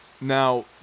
Now